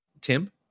Tim